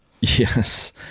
yes